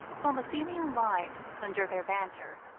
saw the filial light under their banter.